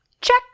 Check